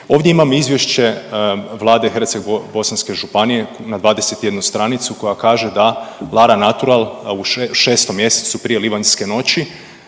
Ovdje imam izvješće Vlade hrvatske bosanske županije na 21 stranicu koja kaže da Lara Natural u 6. mjesecu prije Livanjske noći